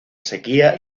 sequía